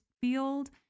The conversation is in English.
field